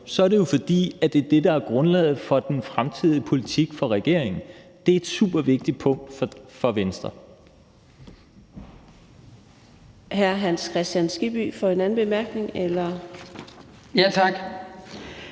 er det jo, fordi det er det, der er grundlaget for den fremtidige politik for regeringen. Det er et supervigtigt punkt for Venstre. Kl. 11:55 Fjerde næstformand (Karina Adsbøl): Hr.